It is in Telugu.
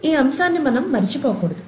ఈ అంశాన్ని మనం మరిచిపోకూడదు